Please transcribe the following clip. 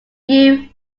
view